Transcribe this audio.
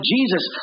Jesus